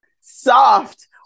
Soft